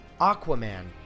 Aquaman